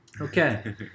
Okay